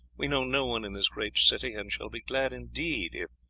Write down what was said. we know no one in this great city, and shall be glad indeed if,